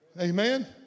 Amen